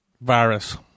virus